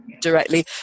Directly